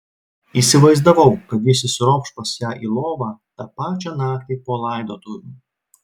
įsivaizdavau kad jis įsiropš pas ją į lovą tą pačią naktį po laidotuvių